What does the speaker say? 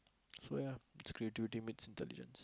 so ya its creativity meets intelligence